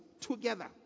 together